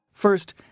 First